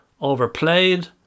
overplayed